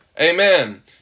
Amen